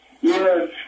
Yes